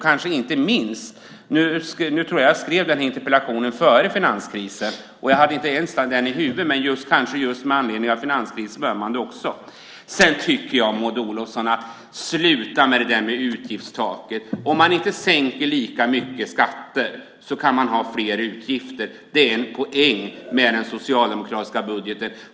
Jag tror att jag skrev interpellationen före finanskrisen, och jag hade inte ens något sådant i huvudet, men med anledning av finanskrisen behöver man också tänka på detta. Sluta med det är om utgiftstaken, Maud Olofsson. Om man inte sänker skatterna går det att ha fler utgifter. Det är en poäng med den socialdemokratiska budgeten.